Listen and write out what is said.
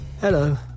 Hello